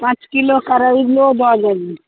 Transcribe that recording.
पाँच किलो करैलो दऽ देब